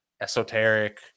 esoteric